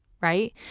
right